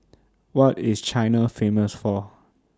What IS China Famous For